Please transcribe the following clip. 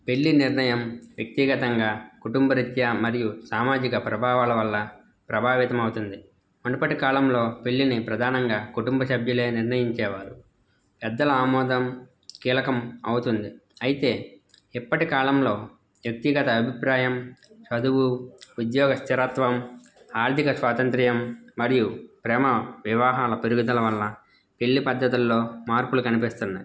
పెళ్ళి నిర్ణయం వ్యక్తిగతంగా కుటుంబ రీత్యా మరియు సామాజిక ప్రభావాల వల్ల ప్రభావితమవుతుంది మనుపటి కాలంలో పెళ్ళిని ప్రధానంగా కుటుంబ సభ్యులే నిర్ణయించేవారు పెద్దల ఆమోదం కీలకం అవుతుంది అయితే ఇప్పటి కాలంలో వ్యక్తిగత అభిప్రాయం చదువు ఉద్యోగ స్థిరత్వం ఆర్థిక స్వాతంత్రియం మరియు ప్రేమ వివాహాల పెరుగుదల వల్ల పెళ్ళి పద్ధతుల్లో మార్పులు కనిపిస్తున్నాయి